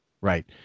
Right